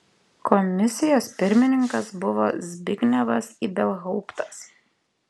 komisijos pirmininkas buvo zbignevas ibelhauptas